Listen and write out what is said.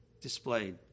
displayed